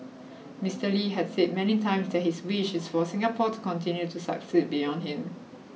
Mister Lee had said many times that his wish is for Singapore to continue to succeed beyond him